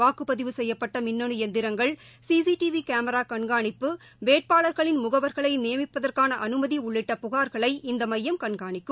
வாக்குப்பதிவு செய்யப்பட்டமின்னுளந்திரங்கள் CC T விகேமராகன்காணிப்பு வேட்பாளர்களின் முகவர்களைநியமிப்பதற்கானஅனுமதிஉள்ளிட்ட புகார்களை இந்தமையம் கண்காணிக்கும்